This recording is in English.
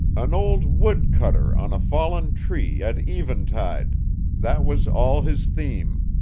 an old wood-cutter on a fallen tree at eventide that was all his theme.